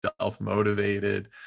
self-motivated